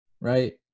right